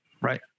right